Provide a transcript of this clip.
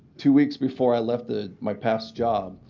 two weeks before i left ah my past job,